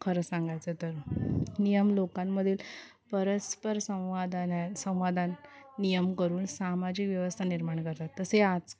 खरं सांगायचं तर नियम लोकांमधील परस्पर संवादाने संवादाने नियम करून सामाजिक व्यवस्था निर्माण करतात तसे आज